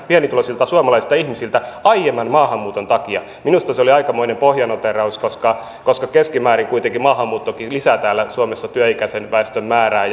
pienituloisilta suomalaisilta ihmisiltä aiemman maahanmuuton takia minusta se oli aikamoinen pohjanoteeraus koska koska keskimäärin kuitenkin maahanmuuttokin lisää täällä suomessa työikäisen väestön määrää